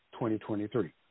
2023